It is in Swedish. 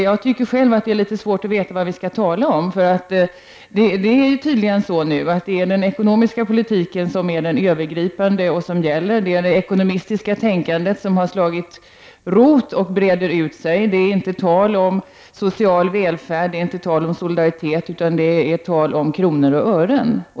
Jag tycker själv att det är litet svårt att veta vad vi skall tala om. Det är tydligen den ekonomiska politiken som är övergripande och som gäller. Det är det ”ekonomisti: änkandet som har slagit rot, och det breder ut sig. Det är inte tal om social välfärd eller om solidaritet, utan det är tal om kronor och ören.